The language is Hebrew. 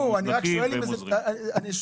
הם מוזנקים והם עוזרים.